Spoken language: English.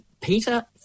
Peter